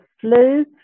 flu